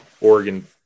oregon